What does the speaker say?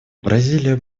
бразилия